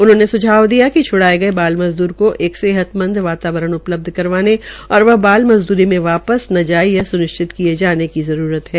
उन्होंने सुझाव दिया कि छ्ड़ाये गये बाल मजद्र को एक सेहतमंद वातावरण उपलब्ध करवाने और वह बाल मजदरी मे वापस न जाये यह सुनिश्चित किये जाने की जरूरत है